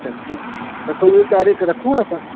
अच्छा ठीकु त सोरहीं तारीख़ु रखूं असां